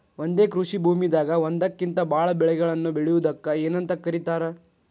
ಒಂದೇ ಕೃಷಿ ಭೂಮಿದಾಗ ಒಂದಕ್ಕಿಂತ ಭಾಳ ಬೆಳೆಗಳನ್ನ ಬೆಳೆಯುವುದಕ್ಕ ಏನಂತ ಕರಿತಾರೇ?